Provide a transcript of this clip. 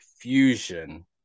fusion